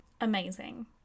amazing